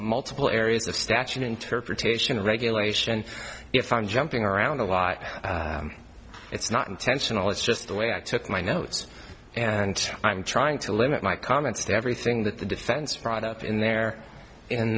multiple areas of statute interpretation of regulation if i'm jumping around a why it's not intentional it's just the way i took my notes and i'm trying to limit my comments to everything that the defense brought up in their in